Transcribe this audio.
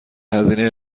هزینه